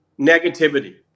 Negativity